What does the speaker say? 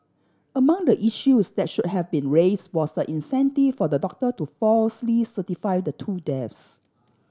among the issues that should have been raised was the incentive for the doctor to falsely certify the two depths